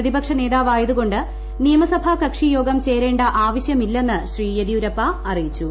പ്രതിപക്ഷ നേതാവായതുകൊണ്ട് നിയമസഭാ കക്ഷി യോഗം ചേരേണ്ട ആവശ്യമില്ലെന്ന് ശ്രീ യെദിയൂരപ്പ അറിയിച്ചു